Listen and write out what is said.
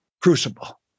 crucible